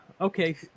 okay